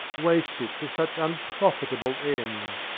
waste it to such unprofitable end?